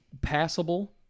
passable